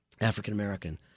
African-American